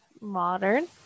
modern